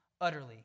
utterly